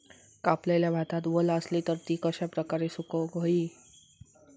कापलेल्या भातात वल आसली तर ती कश्या प्रकारे सुकौक होई?